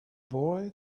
boy